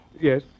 Yes